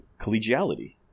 collegiality